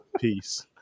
peace